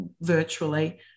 virtually